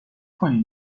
کنین